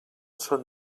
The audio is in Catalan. son